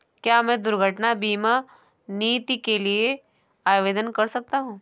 क्या मैं दुर्घटना बीमा नीति के लिए आवेदन कर सकता हूँ?